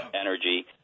energy